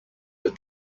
the